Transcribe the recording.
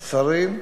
שרים,